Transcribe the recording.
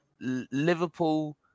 Liverpool